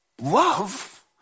love